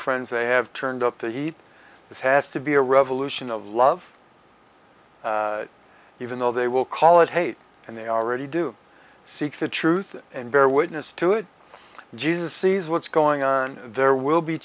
friends they have turned up that this has to be a revolution of love even though they will call it hate and they already do seek the truth and bear witness to it jesus sees what's going on there will be